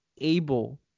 able